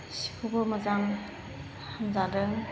सिखौबो मोजां होनजादों